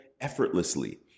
effortlessly